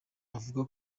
avuga